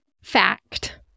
fact